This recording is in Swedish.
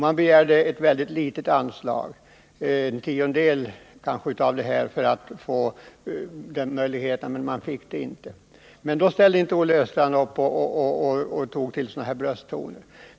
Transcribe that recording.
Man begärde ett mycket litet anslag — kanske en tiondel av det som nu är aktuellt — för att få möjlighet till en sådan lösning, men man fick inte anslaget. Då ställde inte Olle Östrand upp och tog till sådana här brösttoner.